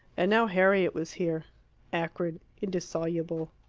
and now harriet was here acrid, indissoluble,